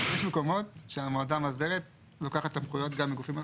יש מקומות שהמועצה המאסדרת לוקחת סמכויות גם מגופים אחרים,